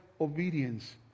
obedience